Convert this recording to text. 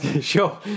Sure